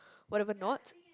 whatever nots